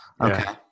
Okay